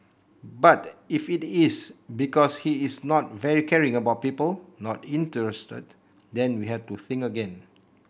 but if it is because he is not very caring about people not interested then we have to think again